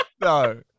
No